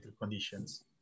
conditions